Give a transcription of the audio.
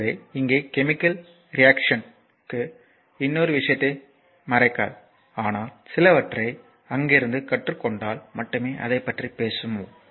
எனவே இங்கே கெமிக்கல் ரியாக்சன்க்கு இன்னொரு விஷயத்தை மறைக்காது ஆனால் சிலவற்றை நாம் அங்கிருந்து கற்றுக் கொண்டால் மட்டுமே அதைப் பற்றி பேசுவோம்